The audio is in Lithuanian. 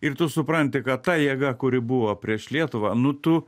ir tu supranti kad ta jėga kuri buvo prieš lietuvą nu tu